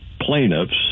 plaintiffs